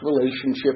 relationship